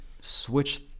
Switch